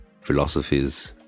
philosophies